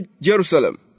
Jerusalem